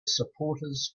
supporters